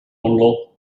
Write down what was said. olor